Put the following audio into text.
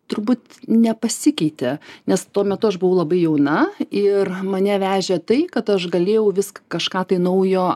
turbūt nepasikeitė nes tuo metu aš buvau labai jauna ir mane vežė tai kad aš galėjau vis kažką tai naujo